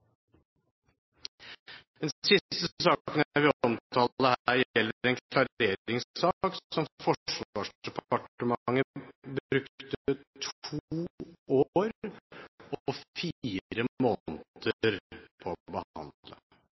Den siste saken jeg vil omtale her, gjelder en klareringssak som Forsvarsdepartementet brukte to år og fire måneder på å behandle.